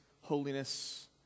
holiness